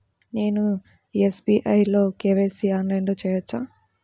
నేను ఎస్.బీ.ఐ లో కే.వై.సి ఆన్లైన్లో చేయవచ్చా?